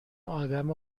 آدم